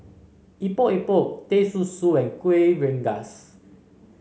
Epok Epok Teh Susu and Kuih Rengas